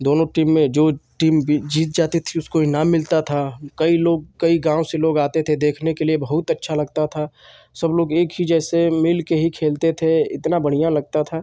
दोनों टीम में जो टीम भी जीत जाती थी उसको इनाम मिलता था कई लोग कई गाँव से लोग आते थे देखने के लिए बहुत अच्छा लगता था सब लोग एक ही जैसे मिलकर ही खेलते थे इतना बढ़ियाँ लगता था